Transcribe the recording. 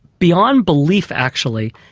beyond belief actually,